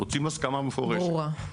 ברוב המקרים,